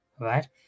right